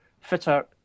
fitter